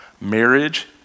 marriage